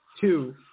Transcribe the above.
Two